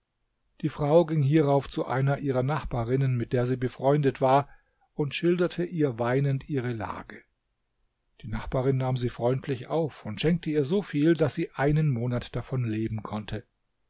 die frau ging hierauf zu einer ihrer nachbarinnen mit der sie befreundet war und schilderte ihr weinend ihre lage die nachbarin nahm sie freundlich auf und schenkte ihr so viel daß sie einen monat davon leben konnte